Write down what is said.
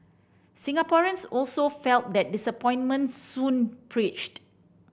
Singaporeans also felt the disappointment soon preached